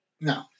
No